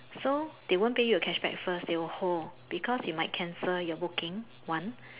so they won't pay you a cashback first they will hold because you might cancel your booking one